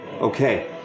Okay